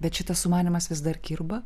bet šitas sumanymas vis dar kirba